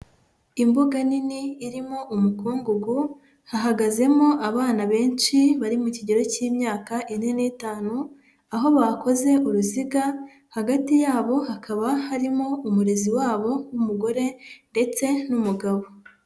Imbuga nini irimo umukungugu, hahagazemo abana benshi bari mu kigero cy'imyaka ine n'itanu, aho bakoze uruziga, hagati yabo hakaba harimo umurezi wabo w'umugore ndetse n'umugabo.